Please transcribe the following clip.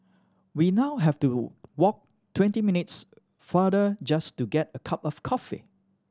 we now have to walk twenty minutes farther just to get a cup of coffee